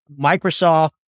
Microsoft